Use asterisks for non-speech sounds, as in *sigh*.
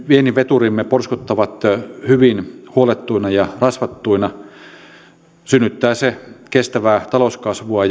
viennin veturimme porskuttavat hyvin huollettuina ja rasvattuina synnyttää se kestävää talouskasvua *unintelligible*